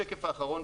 נעבור לשקף האחרון,